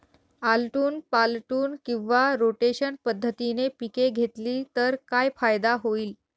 आलटून पालटून किंवा रोटेशन पद्धतीने पिके घेतली तर काय फायदा होईल?